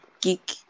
geek